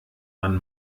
man